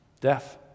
Death